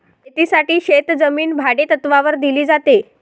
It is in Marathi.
शेतीसाठी शेतजमीन भाडेतत्त्वावर दिली जाते